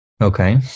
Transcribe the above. Okay